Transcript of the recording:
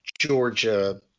Georgia –